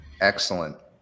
Excellent